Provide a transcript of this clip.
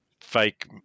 fake